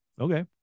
Okay